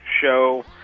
show